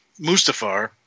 Mustafar